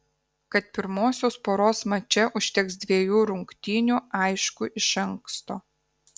kad pirmosios poros mače užteks dvejų rungtynių aišku iš anksto